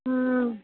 हुँ